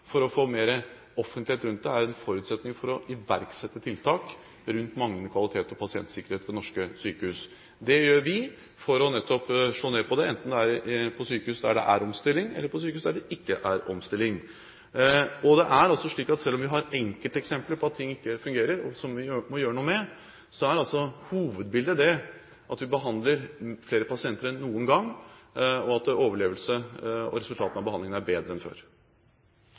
Å få mer offentlighet rundt det er en forutsetning for å iverksette tiltak rundt manglende kvalitet og pasientsikkerhet ved norske sykehus. Det gjør vi for nettopp å slå ned på det, enten det er sykehus der det er omstilling, eller sykehus der det ikke er omstilling. Og det er altså slik at selv om vi har enkelteksempler på at ting ikke fungerer, og som vi må gjøre noe med, er hovedbildet det at vi behandler flere pasienter enn noen gang, og at overlevelse og resultatene av behandlingene er bedre enn før.